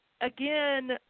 again